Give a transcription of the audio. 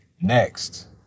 Next